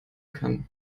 kann